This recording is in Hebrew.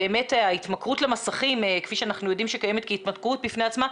שבאמת ההתמכרות למסכים כפי שאנחנו יודעים שקיימת כהתמכרות בפני עצמה,